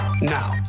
Now